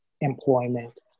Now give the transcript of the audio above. employment